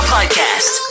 Podcast